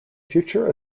future